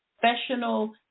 professional